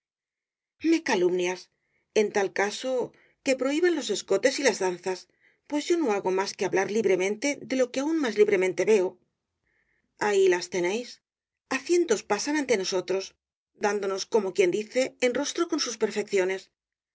me calumnias en tal caso que prohiban los escotes y las danzas pues yo no hago más que hablar libremente de lo que aún más libremente veo ahí las tenéis á cientos pasan ante nosotros dándonos como quien dice en rostro con sus perfecciones